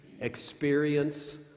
experience